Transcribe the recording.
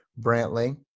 Brantley